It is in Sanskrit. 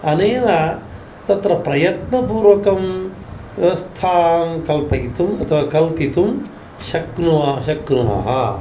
अनेन तत्र प्रयत्नपूर्वं व्यवस्थां कल्पयितुम् अथवा कल्पितुं शक्नुव शक्नुमः